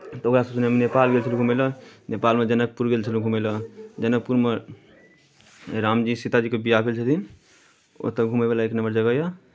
तऽ ओकरासभ सङ्गे हम नेपाल गेल छलहुँ घूमय लए नेपालमे जनकपुर गेल छलहुँ घूमय लए जनकपुरमे रामजी सीताजीके विवाह भेल छथिन ओतय घूमयबला एक नम्बर जगह यए